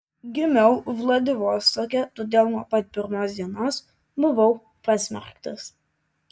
gimiau vladivostoke todėl nuo pat pirmos dienos buvau pasmerktas